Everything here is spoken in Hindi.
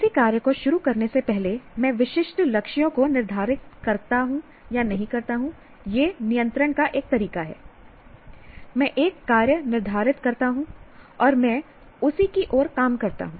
किसी कार्य को शुरू करने से पहले मैं विशिष्ट लक्ष्यों को निर्धारित करता या नहीं करता हूं यह नियंत्रण का एक तरीका है मैं एक कार्य निर्धारित करता हूं और मैं उसी की ओर काम करता हूं